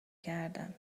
کردم